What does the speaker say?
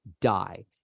die